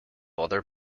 other